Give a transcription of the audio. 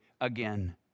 again